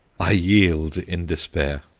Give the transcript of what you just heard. i yield in despair.